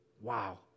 Wow